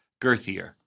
girthier